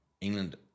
England